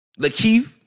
Lakeith